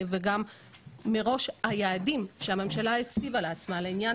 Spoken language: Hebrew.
וגם מראש היעדים שהממשלה הציבה לעצמה לעניין